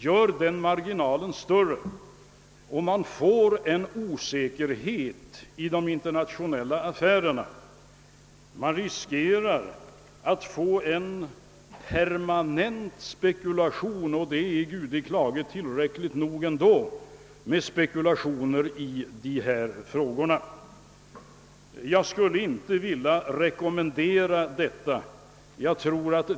Gör den marginellt större, och det uppstår en osäkerhet i de internationella affärerna. Då riskerar man en permanent spekulation — och det spekuleras gudi klagat tillräckligt ändå i dessa frågor! Jag skulle alltså inte vilja rekommendera detta system.